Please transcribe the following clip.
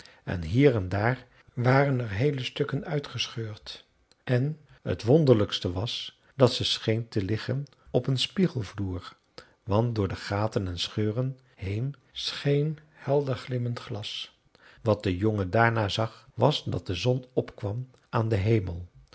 en hier en daar waren er heele stukken uitgescheurd en t wonderlijkste was dat ze scheen te liggen op een spiegelvloer want door de gaten en scheuren heen scheen helder glimmend glas wat de jongen daarna zag was dat de zon opkwam aan den hemel